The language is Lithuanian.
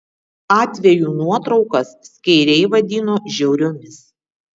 atvejų nuotraukas skeiriai vadino žiauriomis